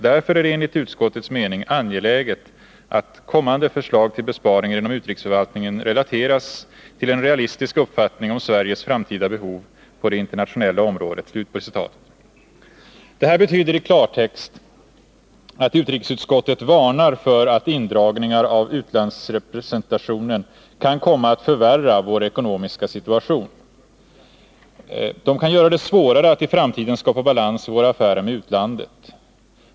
Därför är det enligt utskottets mening angeläget att kommande förslag till besparingar inom utrikesförvaltningen relateras till en realistisk uppfattning om Sveriges framtida behov på det internationella området.” Det här betyder i klartext att utrikesutskottet varnar för att indragningar av utlandsrepresentationen kan komma att förvärra vår ekonomiska situation. De kan göra det svårare att i framtiden skapa balans i våra affärer med utlandet.